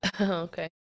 Okay